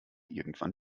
irgendwann